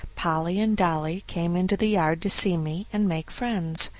polly and dolly came into the yard to see me and make friends.